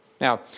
Now